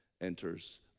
enters